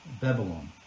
Babylon